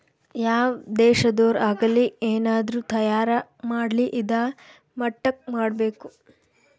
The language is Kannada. ಯಾವ್ ದೇಶದೊರ್ ಆಗಲಿ ಏನಾದ್ರೂ ತಯಾರ ಮಾಡ್ಲಿ ಇದಾ ಮಟ್ಟಕ್ ಮಾಡ್ಬೇಕು